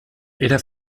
era